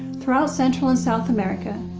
throughout central and south america,